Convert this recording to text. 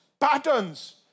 patterns